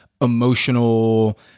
emotional